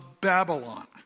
Babylon